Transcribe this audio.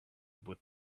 with